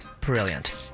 brilliant